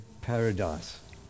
paradise